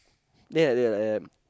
then I did like that